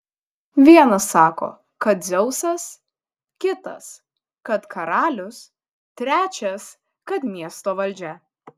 vienas sako kad dzeusas kitas kad karalius trečias kad miesto valdžia